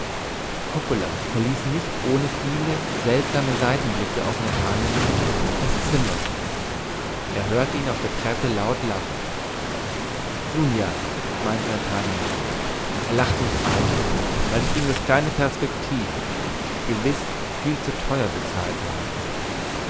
coppola verließ nicht ohne viele seltsame seitenblicke auf nathanael das zimmer er hörte ihn auf der treppe laut lachen nun ja meinte nathanael er lacht mich aus weil ich ihm das kleine perspektiv gewiß viel zu teuer bezahlt habe